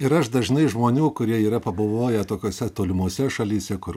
ir aš dažnai žmonių kurie yra pabuvoję tokiose tolimose šalyse kur